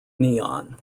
neon